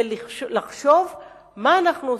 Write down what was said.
ולחשוב מה אנחנו עושים.